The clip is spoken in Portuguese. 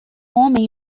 homem